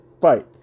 fight